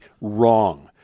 wrong